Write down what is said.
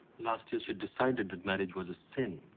last year she decided that marriage was a sin.